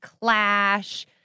Clash